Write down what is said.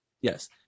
Yes